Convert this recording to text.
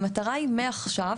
המטרה היא שמעכשיו,